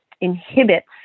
inhibits